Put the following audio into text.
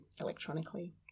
electronically